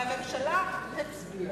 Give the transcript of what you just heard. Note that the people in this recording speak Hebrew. והממשלה תצביע.